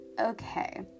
Okay